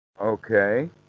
Okay